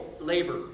labor